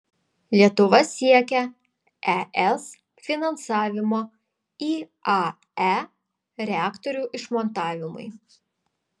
lietuva siekia es finansavimo iae reaktorių išmontavimui